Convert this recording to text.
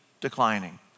declining